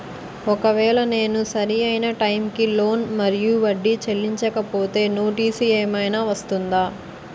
ఒకవేళ నేను సరి అయినా టైం కి లోన్ మరియు వడ్డీ చెల్లించకపోతే నోటీసు ఏమైనా వస్తుందా?